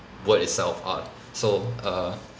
word itself art so err